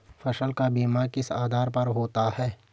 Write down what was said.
फसल का बीमा किस आधार पर होता है?